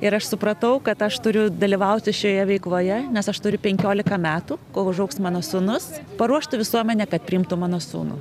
ir aš supratau kad aš turiu dalyvauti šioje veikloje nes aš turiu penkiolika metų kol užaugs mano sūnus paruošti visuomenę kad priimtų mano sūnų